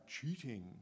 cheating